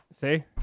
See